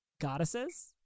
goddesses